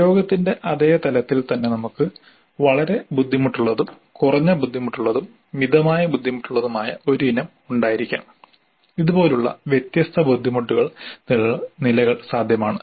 പ്രയോഗത്തിന്റെ അതേ തലത്തിൽ തന്നെ നമുക്ക് വളരെ ബുദ്ധിമുട്ടുള്ളതും കുറഞ്ഞ ബുദ്ധിമുട്ടുള്ളതും മിതമായ ബുദ്ധിമുട്ടുള്ളതുമായ ഒരു ഇനം ഉണ്ടായിരിക്കാം ഇതുപോലുള്ള വ്യത്യസ്ത ബുദ്ധിമുട്ടുള്ള നിലകൾ സാധ്യമാണ്